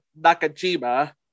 Nakajima